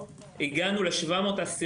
בוודאי שלא,